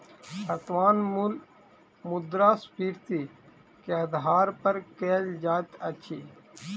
वर्त्तमान मूल्य मुद्रास्फीति के आधार पर कयल जाइत अछि